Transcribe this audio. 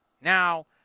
Now